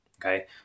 okay